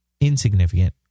insignificant